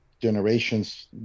generations